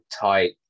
tight